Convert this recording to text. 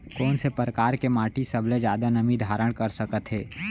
कोन से परकार के माटी सबले जादा नमी धारण कर सकत हे?